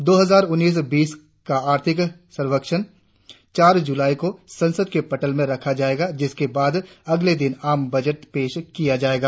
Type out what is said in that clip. दो हजार उन्नीस बीस का आर्थिक सर्वक्षण चार जुलाई को संसद के पटल पर रखा जाएगा जिसके बाद अगले दिन आम बजट पेश किया जाएगा